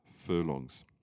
furlongs